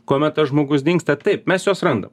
kuomet tas žmogus dingsta taip mes juos randam